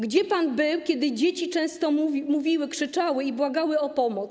Gdzie pan był, kiedy dzieci często mówiły, krzyczały i błagały o pomoc?